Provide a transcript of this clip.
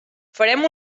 farem